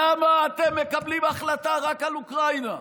למה אתם מקבלים החלטה רק על אוקראינה?